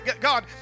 God